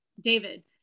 david